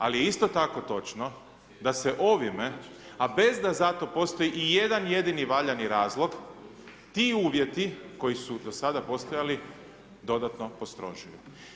Ali je isto tako točno da se ovime a bez da za to postoji i jedan jedini valjani razlog ti uvjeti koji su do sada postojali dodatno postrožuju.